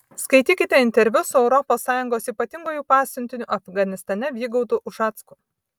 skaitykite interviu su europos sąjungos ypatinguoju pasiuntiniu afganistane vygaudu ušacku